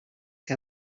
que